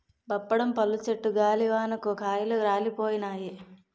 బప్పడం పళ్ళు చెట్టు గాలివానకు కాయలు రాలిపోయినాయి